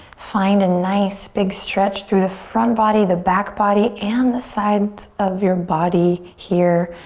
find a nice big stretch through the front body, the back body and the sides of your body here.